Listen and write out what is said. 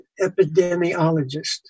epidemiologist